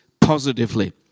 positively